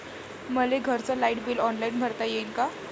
मले घरचं light bill online भरता येईन का?